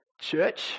Church